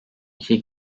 iki